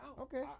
Okay